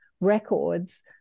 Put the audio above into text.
records